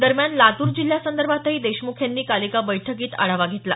दरम्यान लातूर जिल्ह्यासंदर्भातही देशमुख यांनी काल एका बैठकीत आढावा घेतला